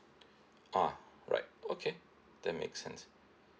ah right okay that makes sense